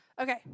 okay